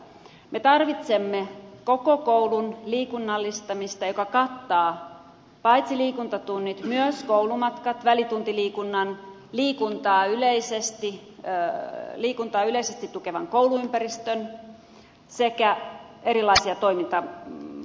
me tarvitsemme koko koulun liikunnallistamista joka kattaa paitsi liikuntatunnit myös koulumatkat välituntiliikunnan liikuntaa yleisesti tukevan kouluympäristön sekä erilaisen kerhotoiminnan